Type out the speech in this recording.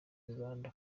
rubanda